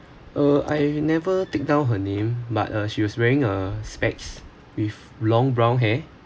uh I never take down her name but uh she was wearing a specs with long brown hair